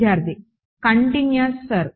విద్యార్థి continues sir